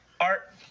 Art